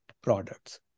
products